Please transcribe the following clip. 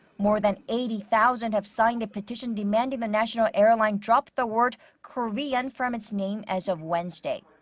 more than eighty thousand have signed a petition demanding the national airline drop the word korean from its name as of wednesday.